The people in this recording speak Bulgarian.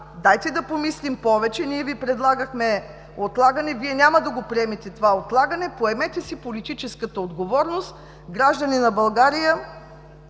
дайте да помислим повече. Ние Ви предлагахме отлагане – Вие няма да го приемете. Поемете си политическата отговорност. Граждани на България,